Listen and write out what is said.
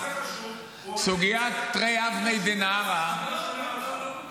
סוגיית תרי עברי דנהרא,